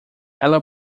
ela